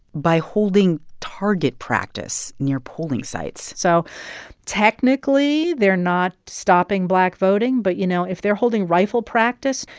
by holding target practice near polling sites so technically they're not stopping black voting. but, you know, if they're holding rifle practice,